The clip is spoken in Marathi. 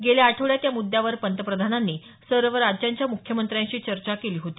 गेल्या आठवड्यात या मुद्यावर पंतप्रधानांनी सर्व राज्यांच्या मुख्यमंत्र्यांशी चर्चा केली होती